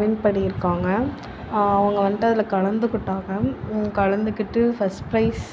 win பண்ணி இருக்காங்க அவங்க வந்துட்டு அதில் கலந்துகுட்டாங்க கலந்துகிட்டு ஃபர்ஸ்ட் ப்ரைஸ்